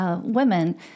Women